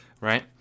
right